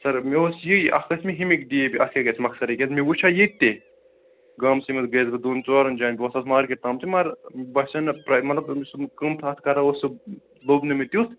سر مےٚ اوس یی اَکھ اوس مےٚ ہیٚمِگ دید اَتھ کیٛاہ گژھِ مۄخصر تہِ کیٛازِ مےٚ وُچھا ییٚتہِ تہٕ گامسٕے منٛز گٔیاس بہٕ دۅن ژورن جاین گوس بہٕ مارکیٹ تام تہٕ مگر باسیٚو نہٕ مطلب قٍمتھاہ اتھ کَران اوس سُہ لوب نہٕ مےٚ تیُتھ